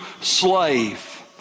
slave